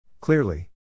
Clearly